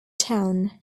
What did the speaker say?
town